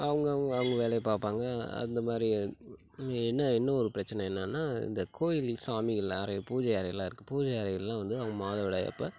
அவங்கவுங்க அவங்க வேலையை பார்ப்பாங்க அந்த மாதிரி இங்கே என்ன இன்னொரு பிரச்சனை என்னென்னா இந்த கோயில் சாமிகள் அறை பூஜை அறையெல்லாம் இருக்குது பூஜை அறையெல்லாம் வந்து அவங்க மாதவிடாய் அப்போ